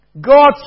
God